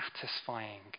satisfying